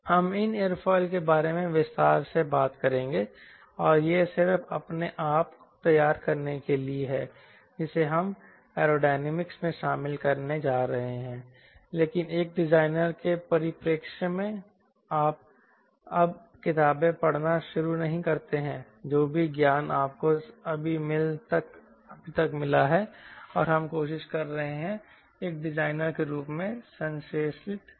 हम इन एयरोफाइल के बारे में विस्तार से बात करेंगे और यह सिर्फ अपने आप को तैयार करने के लिए है जिसे हम एरोडायनामिक्स में शामिल करने जा रहे हैं लेकिन एक डिजाइनर के परिप्रेक्ष्य में आप अब किताबें पढ़ना शुरू नहीं करते हैं जो भी ज्ञान आपको अभी तक मिला है और हम कोशिश कर रहे हैं एक डिजाइनर के रूप में संश्लेषित हो